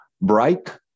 bright